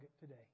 today